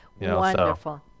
Wonderful